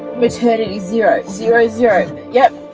maternity zero. zero, zero, yeah.